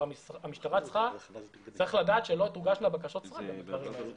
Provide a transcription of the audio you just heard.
צריך לדעת שלא תוגשנה בקשות סרק בדברים האלה.